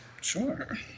sure